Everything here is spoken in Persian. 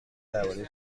درباره